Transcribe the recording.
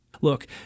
Look